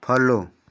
follow